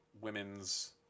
women's